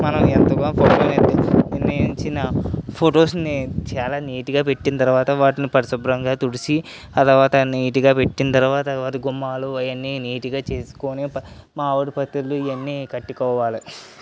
మనం ఎంత బాగా ఫొటోస్ ఉంచిన ఫొటోస్ని చాలా నీట్గా పెట్టిన తరువాత వాటిని పరిశుభ్రంగా తుడిచి తరువాత నీట్గా పెట్టిన తరువాత వాటి గుమ్మాలు అవన్నీ నీట్గా చేసుకొని మావిడి పందిర్లు ఇవన్నీ కట్టుకోవాలి